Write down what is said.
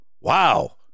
wow